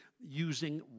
using